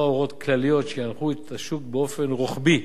הוראות כלליות שינחו את השוק באופן רוחבי,